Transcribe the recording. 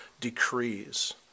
decrees